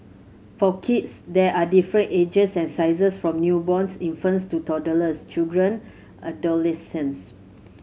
for kids there are different ages and sizes from newborns infants to toddlers children adolescents